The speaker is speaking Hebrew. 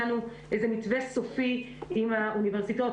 לנו איזה מתווה סופי עם האוניברסיטאות.